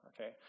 Okay